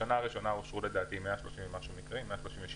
בשנה הראשונה הוגשו 137 מקרים,